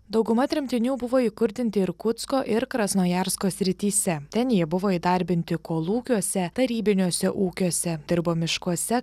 dauguma tremtinių buvo įkurdinti irkutsko ir krasnojarsko srityse ten jie buvo įdarbinti kolūkiuose tarybiniuose ūkiuose dirbo miškuose